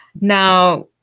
Now